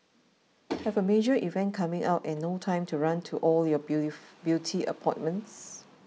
have a major event coming up and no time to run to all your beauty appointments